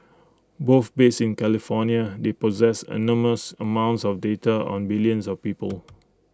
both based in California they possess enormous amounts of data on billions of people